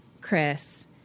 Chris